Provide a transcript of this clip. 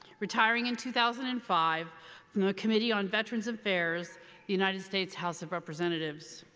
retiring in two thousand and five from the committee on veterans affairs, the united states house of representatives.